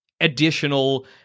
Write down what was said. additional